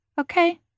Okay